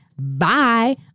Bye